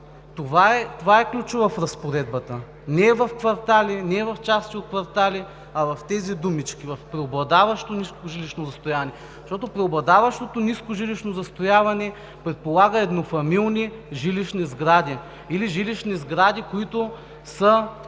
Това е ключът в разпоредбата – не е в „квартали“, не е „в части от квартали“, а в тези думички – „в преобладаващо ниско жилищно застрояване“. Преобладаващото ниско жилищно застрояване предполага еднофамилни жилищни сгради или жилищни сгради, които са